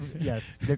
yes